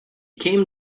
came